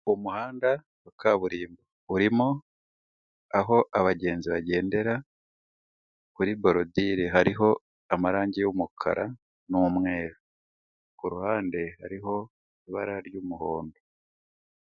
Umuhanda wa kaburimbo, urimo aho abagenzi bagendera, kuri borodire hariho amarange y'umukara n'umweru, ku ruhande hariho ibara ry'umuhondo.